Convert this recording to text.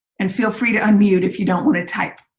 and feel free to unmute if you don't want to type.